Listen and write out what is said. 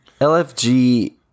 LFG